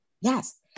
Yes